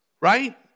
Right